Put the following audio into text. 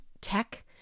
tech